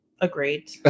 Agreed